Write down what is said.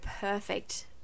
perfect